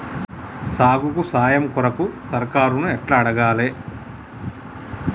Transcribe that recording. సాగుకు సాయం కొరకు సర్కారుని ఎట్ల అడగాలే?